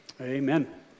Amen